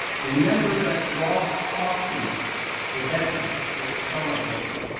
remember that rolf hochhuth's the deputy, der stellvertreter,